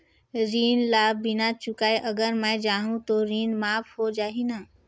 ऋण ला बिना चुकाय अगर मै जाहूं तो ऋण माफ हो जाही न?